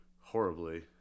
horribly